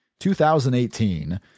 2018